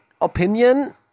opinion